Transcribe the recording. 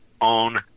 on